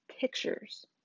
pictures